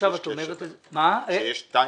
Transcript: עכשיו את אומרת -- שיש טיימינג.